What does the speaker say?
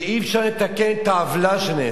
ואי-אפשר לתקן את העוולה שנעשית.